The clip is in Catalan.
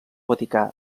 vaticà